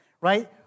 right